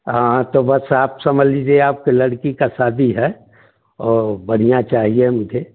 हाँ तो बस आप समझ लीजिए आपके लड़की का शादी है और बढ़िया चाहिए मुझे